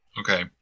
Okay